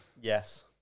Yes